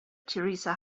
teresa